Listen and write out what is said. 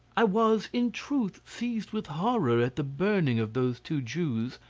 i was in truth seized with horror at the burning of those two jews,